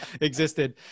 existed